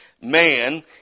man